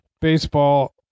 baseball